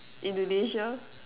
Indonesia